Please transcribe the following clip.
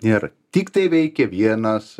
nėra tiktai veikia vienas